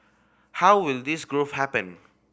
how will this growth happen